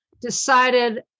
decided